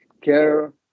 care